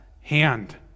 hand